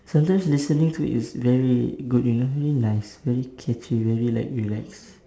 sometimes listening to it is very good you know I mean like is very catchy very like relax